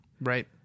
Right